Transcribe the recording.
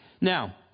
Now